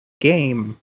game